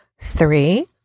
Three